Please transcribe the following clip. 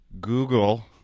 Google